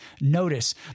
notice